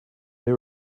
they